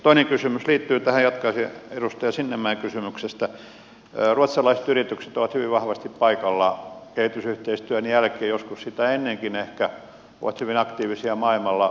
toinen kysymys liittyy tähän jatkaisin edustaja sinnemäen kysymyksestä että ruotsalaiset yritykset ovat hyvin vahvasti paikalla kehitysyhteistyön jälkeen joskus sitä ennenkin ehkä ovat hyvin aktiivisia maailmalla